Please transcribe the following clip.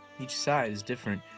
each side is different,